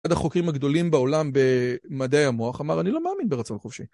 אחד החוקרים הגדולים בעולם במדעי המוח אמר אני לא מאמין ברצון חופשי.